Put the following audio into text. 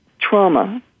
trauma